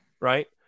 right